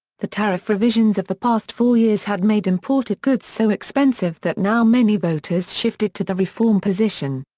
the tariff revisions of the past four years had made imported goods so expensive that now many voters shifted to the reform position.